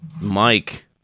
Mike